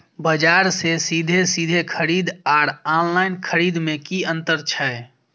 बजार से सीधे सीधे खरीद आर ऑनलाइन खरीद में की अंतर छै?